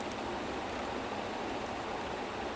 I mean he had um he had the background right